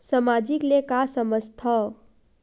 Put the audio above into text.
सामाजिक ले का समझ थाव?